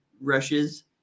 rushes